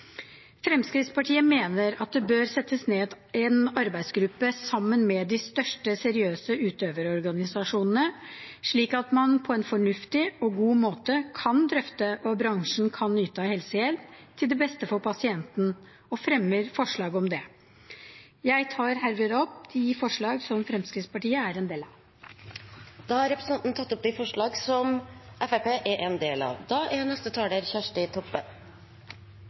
Fremskrittspartiet mener at det bør settes ned en arbeidsgruppe sammen med de største seriøse utøverorganisasjonene, slik at man på en fornuftig og god måte kan drøfte hva bransjen kan yte av helsehjelp til det beste for pasienten, og fremmer forslag om det. Jeg tar herved opp forslaget som Fremskrittspartiet er alene om, og forslaget vi har sammen med Senterpartiet. Da har representanten Kari Kjønaas Kjos tatt opp de